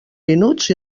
minuts